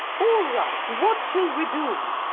all right what shall we do?